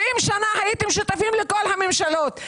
70 שנה הייתם שותפים לכל הממשלות.